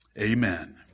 Amen